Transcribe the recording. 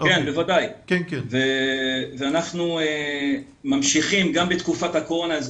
אנחנו ממשיכים גם בתקופת הקורונה.